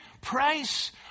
price